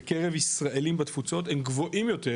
בקרב יהודים בתפוצות הם גבוהים יותר,